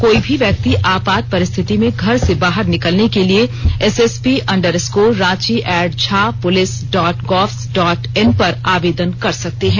कोई भी व्यक्ति आपात परिस्थिति में घर से बाहर निकलने के लिए SSP underscore Ranchi at jha police dot गोब्म डॉट इन पर आवेदन कर सकते हैं